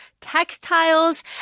textiles